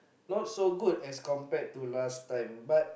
not so good as compared to last time but